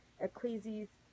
Ecclesiastes